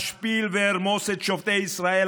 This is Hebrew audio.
אשפיל וארמוס את שופטי ישראל,